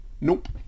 Nope